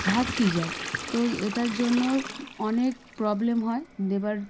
ঘাটতি যায় তো এটার জন্য অনেক প্রবলেম হয় দেওয়ার